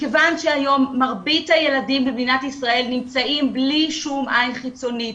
מכיוון שהיום מרבית הילדים במדינת ישראל נמצאים בלי שום עין חיצונית,